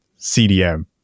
CDM